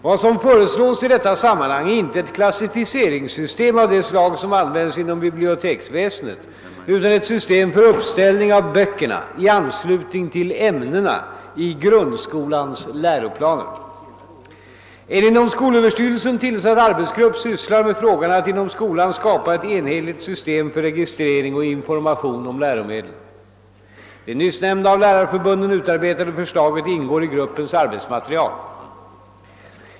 Vad som föreslås i detta sammanhang är inte ett klassificeringssystem av det slag som används inom biblioteksväsendet utan ett system för uppställning av böckerna i anslutning till ämnena i grundskolans läroplan. En inom skolöverstyrelsen tillsatt arbetsgrupp sysslar med frågan att inom skolan skapa ett enhetligt system för registrering och information om läromedel. Det nyssnämnda av lärarförbunden utarbetade förslaget ingår i gruppens arbetsmaterial.